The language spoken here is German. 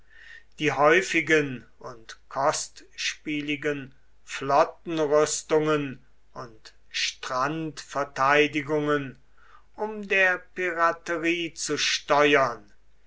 die häufigen und kostspieligen flottenrüstungen und strandverteidigungen um der piraterie zu steuern